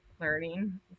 learning